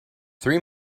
three